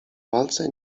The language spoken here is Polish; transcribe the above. walce